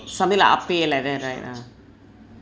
something like ah pek like that right ah